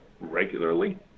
regularly